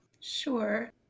Sure